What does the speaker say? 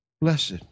Blessed